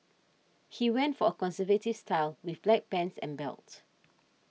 he went for a conservative style with black pants and belt